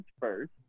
first